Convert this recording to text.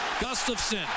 gustafson